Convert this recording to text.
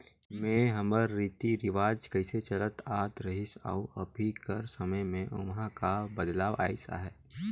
में हमर रीति रिवाज कइसे चलत आत रहिस अउ अभीं कर समे में ओम्हां का बदलाव अइस अहे